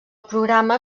programa